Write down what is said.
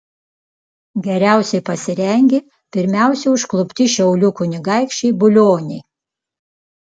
geriausiai pasirengė pirmiausia užklupti šiaulių kunigaikščiai bulioniai